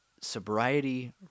sobriety